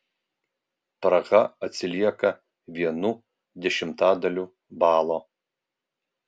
praha atsilieka vienu dešimtadaliu balo